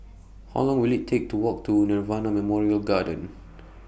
How Long Will IT Take to Walk to Nirvana Memorial Garden